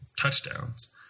touchdowns